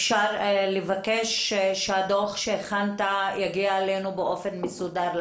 אפשר לבקש שהדוח שהכנת יגיע לוועדה באופן מסודר.